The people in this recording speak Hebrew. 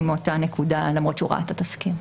מאותה נקודה למרות שהוא ראה את התסקיר?